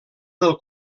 del